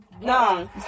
no